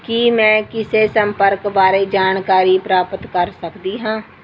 ਕੀ ਮੈਂ ਕਿਸੇ ਸੰਪਰਕ ਬਾਰੇ ਜਾਣਕਾਰੀ ਪ੍ਰਾਪਤ ਕਰ ਸਕਦੀ ਹਾਂ